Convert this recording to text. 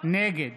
נגד